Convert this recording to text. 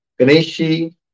Ganeshi